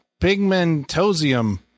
Pigmentosium